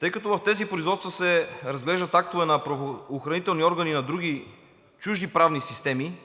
Тъй като в тези производства се разглеждат актове на правоохранителни органи на други, чужди правни системи,